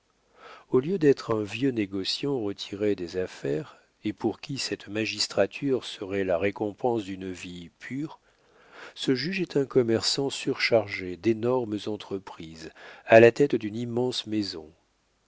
au lieu d'être un vieux négociant retiré des affaires et pour qui cette magistrature serait la récompense d'une vie pure ce juge est un commerçant surchargé d'énormes entreprises à la tête d'une immense maison